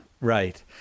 right